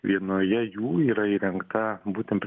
vienoje jų yra įrengta būtent